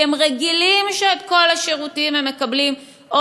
כי הם רגילים שאת כל השירותים הם מקבלים או